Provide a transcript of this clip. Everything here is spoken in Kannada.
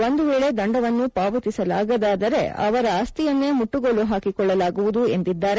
ಒಂದು ವೇಳೆ ದಂಡವನ್ನು ಪಾವತಿಸಲಾಗದವರಾದರೆ ಅವರ ಆಸ್ತಿಯನ್ನೇ ಮುಟ್ಟುಗೋಲು ಹಾಕಿಕೊಳ್ಳಲಾಗುವುದು ಎಂದಿದ್ದಾರೆ